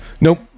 Nope